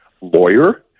lawyer